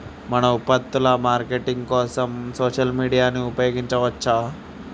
మన ఉత్పత్తుల మార్కెటింగ్ కోసం సోషల్ మీడియాను ఉపయోగించవచ్చా?